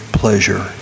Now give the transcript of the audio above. pleasure